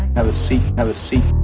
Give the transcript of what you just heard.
have a seat, have a seat,